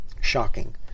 shocking